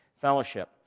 Fellowship